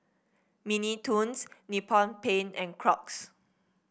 Mini Toons Nippon Paint and Crocs